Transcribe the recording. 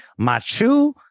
Machu